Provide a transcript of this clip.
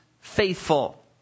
faithful